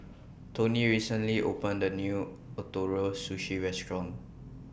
Toney recently opened A New Ootoro Sushi Restaurant